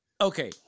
okay